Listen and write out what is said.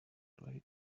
lady